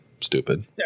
Stupid